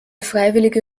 freiwillige